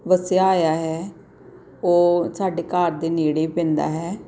ਵਸਿਆ ਹੋਇਆ ਹੈ ਉਹ ਸਾਡੇ ਘਰ ਦੇ ਨੇੜੇ ਪੈਂਦਾ ਹੈ